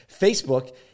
Facebook